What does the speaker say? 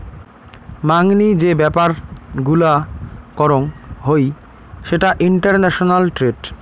মাংনি যে ব্যাপার গুলা করং হই সেটা ইন্টারন্যাশনাল ট্রেড